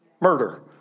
murder